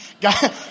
God